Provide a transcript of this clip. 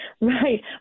Right